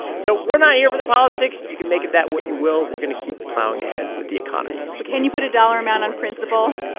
so we're not here for the politics. you can make of that what you will. we're going to keep plowing ahead with the economy but can you put a dollar amount on principle?